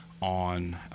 on